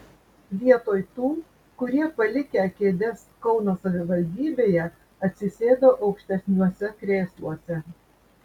vietoj tų kurie palikę kėdes kauno savivaldybėje atsisėdo aukštesniuose krėsluose